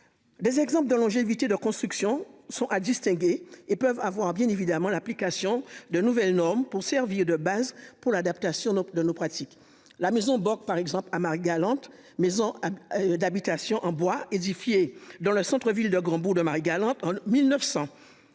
Des exemples de longévité de construction sont à distinguer et peuvent avoir bien évidemment, l'application de nouvelles normes pour servir de base pour l'adaptation de nos pratiques. La maison par exemple à Marie-Galante maisons. D'habitations en bois édifiées dans le centre-ville de grands bouts de Marie-Galante en 1900.